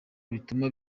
bituma